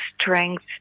strength